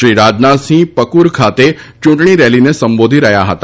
શ્રી રાજનાથસિંહ પકુર ખાતે યૂંટણી રેલીને સંબોધી રહ્યા હતા